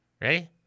Ready